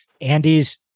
Andy's